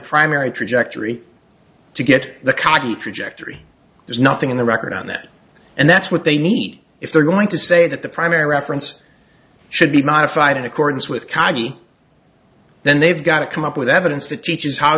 primary trajectory to get the cocky trajectory there's nothing in the record on that and that's what they need if they're going to say that the primary reference should be modified in accordance with kagi then they've got to come up with evidence that teaches how